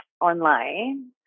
online